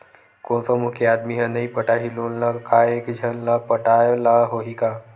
कोन समूह के आदमी हा नई पटाही लोन ला का एक झन ला पटाय ला होही का?